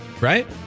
right